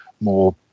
more